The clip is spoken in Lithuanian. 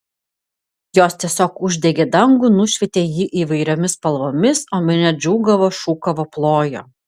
jos tiesiog uždegė dangų nušvietė jį įvairiomis spalvomis o minia džiūgavo šūkavo plojo